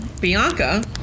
Bianca